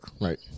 right